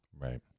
Right